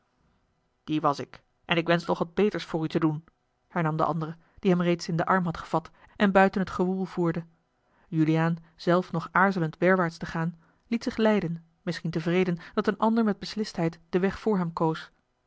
die was ik en ik wensch nog wat beters voor u te doen hernam de andere die hem reeds in den arm had gevat en buiten het gewoel voerde juliaan zelf nog aarzelend werwaarts te gaan liet zich leiden misschien tevreden dat een ander met beslistheid den weg voor hem koos